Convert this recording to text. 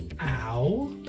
Ow